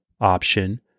option